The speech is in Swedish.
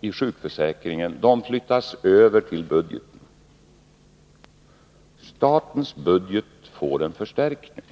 i sjukförsäkringen flyttas över till budgeten. Statens budget får en förstärkning.